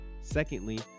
Secondly